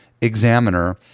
Examiner